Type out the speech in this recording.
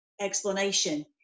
explanation